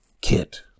Kit